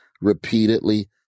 repeatedly